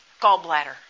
gallbladder